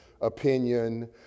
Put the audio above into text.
opinion